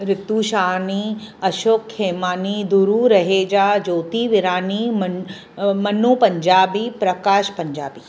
रीतू शहानी अशोक खेमानी ध्रुव रहेजा ज्योति वीरानी मन मनु पंजाबी प्रकाश पंजाबी